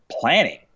planning